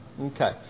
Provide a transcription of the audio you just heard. Okay